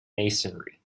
masonry